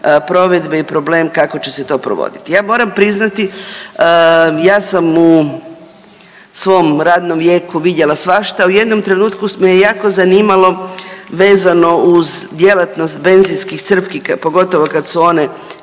provedbe i problem kako će se to provoditi. Ja moram priznati ja sam u svom radnom vijeku vidjela svašta, u jednom trenutku me je jako zanimalo vezano uz djelatnost benzinskih crpki pogotovo kad su one